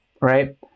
right